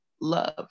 love